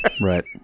right